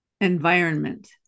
environment